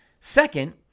Second